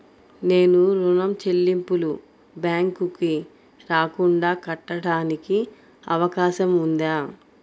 నేను ఋణం చెల్లింపులు బ్యాంకుకి రాకుండా కట్టడానికి అవకాశం ఉందా?